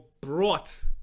brought